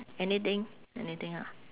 anything anything ah